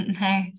No